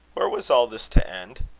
where was all this to end?